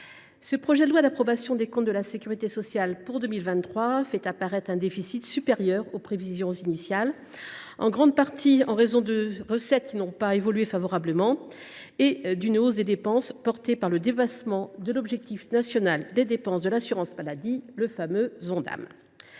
ce projet de loi d’approbation des comptes de la sécurité sociale de 2023 fait apparaître un déficit supérieur aux prévisions initiales, en grande partie dû à des recettes qui n’ont pas évolué favorablement et à une hausse des dépenses portée par le dépassement de l’objectif national de dépenses d’assurance maladie, le fameux Ondam.